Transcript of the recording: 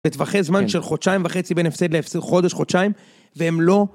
לטווחי זמן של חודשיים וחצי בין הפסד להפסד. חודש חודשיים. והם לא...